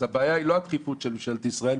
אז הבעיה היא לא הדחיפות של ממשלת ישראל.